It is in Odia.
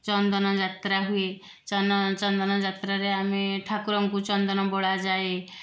ଚନ୍ଦନ ଯାତ୍ରା ହୁଏ ଚନ୍ଦନ ଚନ୍ଦନ ଯାତ୍ରାରେ ଆମେ ଠାକୁରଙ୍କୁ ଚନ୍ଦନ ବୋଳାଯାଏ